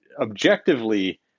objectively